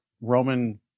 Roman